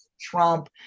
Trump